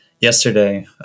yesterday